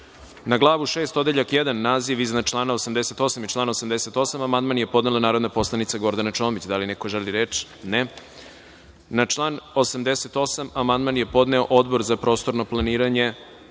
Glavu 6. odeljak 1, naziv iznad člana 88. i član 88. amandman je podnela narodna poslanica Gordana Čomić. Da li neko želi reč? (Ne.)Na član 88. amandman je podneo Odbor za prostorno planiranje,